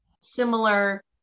similar